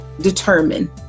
determine